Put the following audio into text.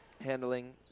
Handling